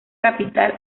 capital